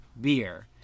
beer